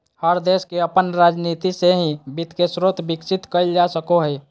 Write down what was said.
हर देश के अपन राजनीती से ही वित्त के स्रोत विकसित कईल जा सको हइ